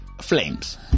flames